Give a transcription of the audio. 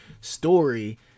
story